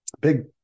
big